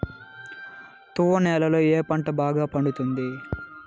తువ్వ నేలలో ఏ పంట బాగా పండుతుంది?